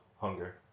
Hunger